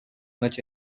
much